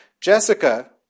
Jessica